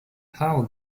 how